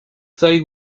they